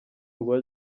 rwa